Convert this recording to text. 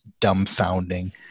dumbfounding